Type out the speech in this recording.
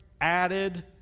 added